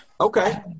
Okay